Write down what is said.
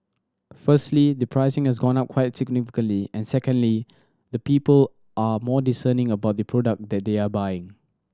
firstly the pricing has gone up quite significantly and secondly the people are more discerning about the product that they are buying